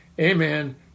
Amen